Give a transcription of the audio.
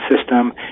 system